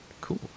Cool